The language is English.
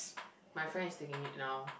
my friend is taking it now